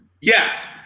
Yes